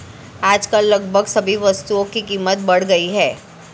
आजकल लगभग सभी वस्तुओं की कीमत बढ़ गई है